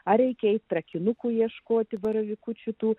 ar reikės akinukų ieškoti baravykus šitų